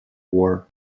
war